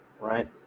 right